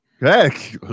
Heck